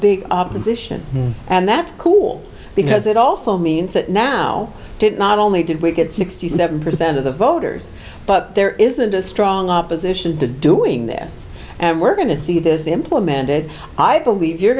big opposition and that's cool because it also means that now did not only did we get sixty seven percent of the voters but there isn't a strong opposition to doing this and we're going to see this implemented i believe you're